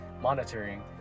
monitoring